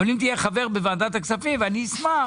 אבל אם תהיה חבר בוועדת הכספים, ואני אשמח,